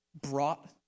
brought